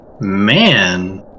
Man